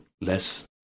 less